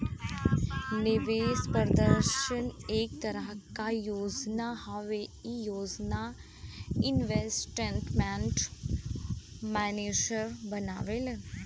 निवेश प्रदर्शन एक तरह क योजना हउवे ई योजना इन्वेस्टमेंट मैनेजर बनावेला